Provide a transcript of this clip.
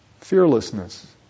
Fearlessness